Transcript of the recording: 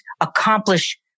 accomplish